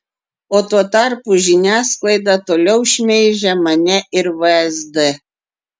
o tuo tarpu žiniasklaida toliau šmeižia mane ir vsd